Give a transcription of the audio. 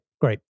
great